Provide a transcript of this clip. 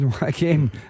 Again